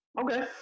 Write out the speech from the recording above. Okay